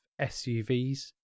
SUVs